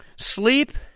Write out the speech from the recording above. Sleep